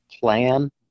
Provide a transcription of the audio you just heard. plan